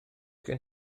gen